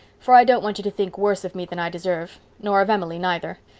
for i don't want you to think worse of me than i deserve. nor of emily neither.